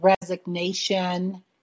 resignation